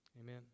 Amen